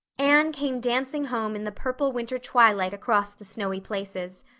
anne came dancing home in the purple winter twilight across the snowy places.